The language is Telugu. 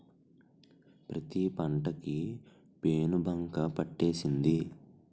పత్తి పంట కి పేనుబంక పట్టేసింది